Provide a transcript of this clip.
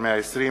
120),